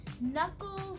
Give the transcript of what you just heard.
Knuckles